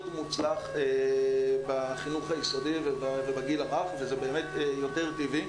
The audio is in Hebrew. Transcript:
מוצלח בחינוך היסודי ובגיל הרך וזה באמת טבעי.